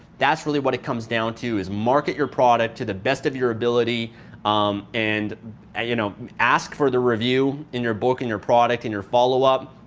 that's really what it comes down to is, market your product to the best of your ability um and ah you know ask for the review in your book, in your product in your follow-up.